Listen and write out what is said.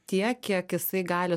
tiek kiek jisai gali